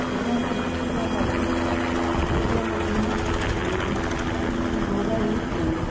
ଏବଂ କିଛି ଜାଗାରେ ସତ୍ୟତା ମଧ୍ୟ ଘୋଡ଼ାଇଦିଅନ୍ତି